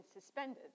suspended